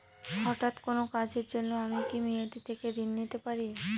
হঠাৎ কোন কাজের জন্য কি আমি মেয়াদী থেকে ঋণ নিতে পারি?